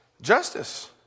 justice